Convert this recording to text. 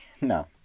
No